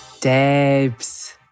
Debs